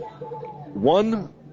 One